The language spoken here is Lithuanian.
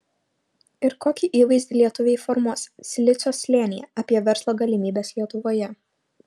ir kokį įvaizdį lietuviai formuos silicio slėnyje apie verslo galimybes lietuvoje